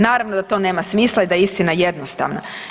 Naravno da to nema smisla i da je istina jednostavna.